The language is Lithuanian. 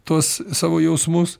tuos savo jausmus